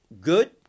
good